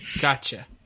Gotcha